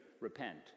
repent